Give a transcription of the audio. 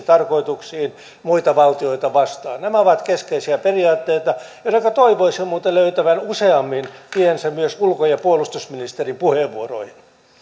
tarkoituksiin muita valtioita vastaan nämä ovat keskeisiä periaatteita joidenka toivoisin muuten löytävän useammin tiensä myös ulko ja puolustusministerien puheenvuoroihin